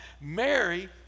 Mary